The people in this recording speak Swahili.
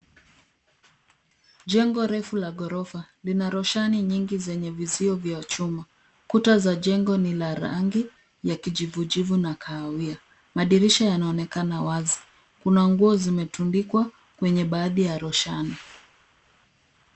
Jengo refu la ghorofa. Lina roshani nyingi zenye vizio vya chuma. Kuta za jengo ni la rangi ya kijivujivu na kahawia. Madirisha yanaonekana wazi. Kuna nguo zimetundikwa kwenye baadhi ya roshani.